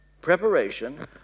preparation